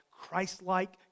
Christ-like